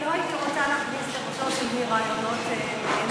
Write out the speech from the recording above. לא הייתי רוצה להכניס לראשו של מי רעיונות מעין אלו.